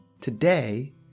Today